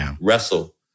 wrestle